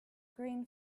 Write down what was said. green